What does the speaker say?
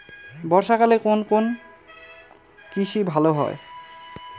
বর্ষা কালে কোন কোন কৃষি ভালো হয়?